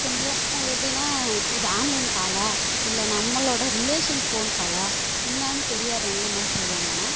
கொஞ்சம் அது எப்படினா இது ஆன்லைன் இல்லை நம்மளோட ரிலேஷன் ஃபோன் காலாக என்னான்னு தெரியாதவங்க என்ன செய்வாங்கன்னா